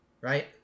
Right